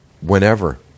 Whenever